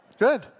Good